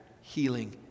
healing